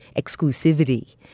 exclusivity